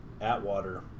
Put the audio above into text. Atwater